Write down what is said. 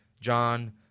John